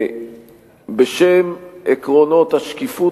בשם עקרונות השקיפות,